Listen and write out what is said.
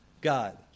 God